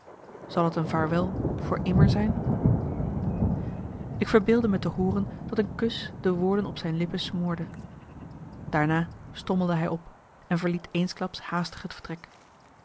zal t een vaarwel voor immer zijn ik verbeeldde me te hooren dat een kus de woorden op zijn lippen smoorde daarna stommelde hij op en verliet eensklaps haastig het vertrek